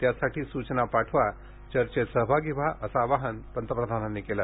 त्यासाठी सूचना पाठवा चर्चेत सहभागी व्हा असं आवाहन पंतप्रधानांनी केलं